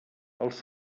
els